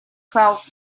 twelve